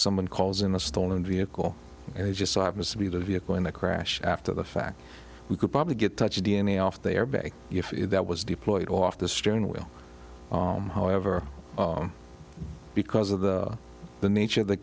someone calls in a stolen vehicle and it just so happens to be the vehicle in a crash after the fact we could probably get touch d n a off the airbag if that was deployed off the steering wheel however because of the nature of the